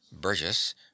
burgess